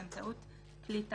באמצעות כלי טיס,